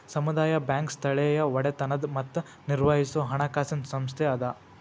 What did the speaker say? ಸಮುದಾಯ ಬ್ಯಾಂಕ್ ಸ್ಥಳೇಯ ಒಡೆತನದ್ ಮತ್ತ ನಿರ್ವಹಿಸೊ ಹಣಕಾಸಿನ್ ಸಂಸ್ಥೆ ಅದ